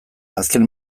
azken